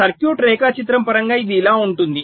circuit రేఖాచిత్రం పరంగా ఇది ఇలా ఉంటుంది